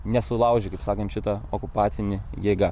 nesulaužė kaip sakant šito okupacinė jėga